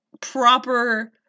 Proper